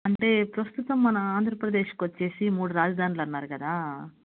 అంటే ప్రస్తుతం మన ఆంధ్రప్రదేశ్కు వచ్చి మూడు రాజధానులు అన్నారు కదా